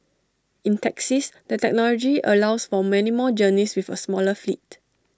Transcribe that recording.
in taxis the technology allows for many more journeys with A smaller fleet